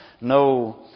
no